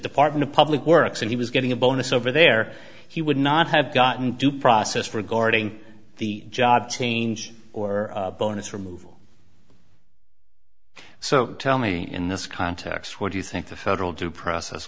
department of public works and he was getting a bonus over there he would not have gotten due process regarding the job change or bonus removal so tell me in this context what do you think the federal due process